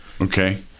Okay